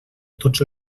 tots